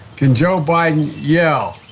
can joe biden yell?